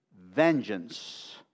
vengeance